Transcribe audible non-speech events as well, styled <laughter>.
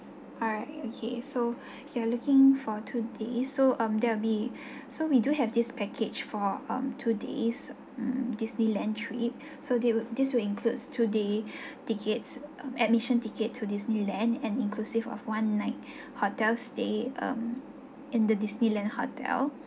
alright okay so <breath> you are looking for two days so um there'll be <breath> so we do have this package for um two days mm disneyland trip so <breath> they will this will includes two day <breath> tickets admission ticket to disneyland and inclusive of one night <breath> hotel stay um in the disneyland hotel